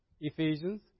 Ephesians